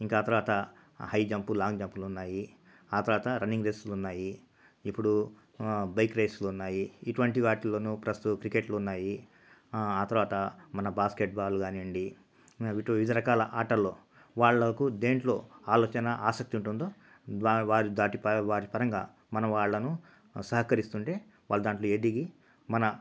ఇంకా ఆ తర్వాత హై జంపులు లాంగ్ జంపులు ఉన్నాయి ఆ తర్వాత రన్నింగ్ రేస్లు ఉన్నాయి ఇప్పుడు బైక్ రేస్లు ఉన్నాయి ఇటువంటి వాటిలోనూ ప్రస్తుత క్రికెట్లు ఉన్నాయి ఆ తర్వాత మన బాస్కెట్ బాల్ కానివ్వండి వీటిలో వివిధ రకాల ఆటల్లో వాళ్ళకు దేంట్లో ఆలోచన ఆసక్తి ఉంటుందో వారి దాటి వాటి పరంగా మన వాళ్ళను సహకరిస్తుంటే వాళ్ళు దాంట్లో ఎదిగి మన